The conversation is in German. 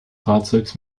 fahrzeugs